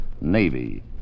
Navy